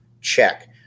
check